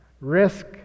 risk